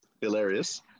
Hilarious